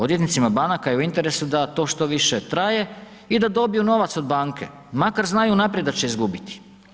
Odvjetnicima banaka je u interesu da to što više traje i da dobiju novac od banke, makar znaju unaprijed da će izgubiti.